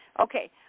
Okay